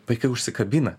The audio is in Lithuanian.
vaikai užsikabina